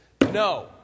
no